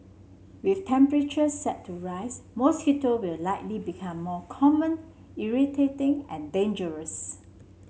with temperatures set to rise mosquito will likely become more common irritating and dangerous